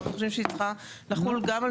אנחנו חושבים שהיא צריכה לחול גם על